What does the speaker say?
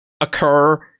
occur